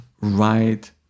right